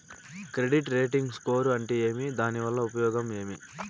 Credit rating score అంటే ఏమి దాని వల్ల ఉపయోగం ఏమి?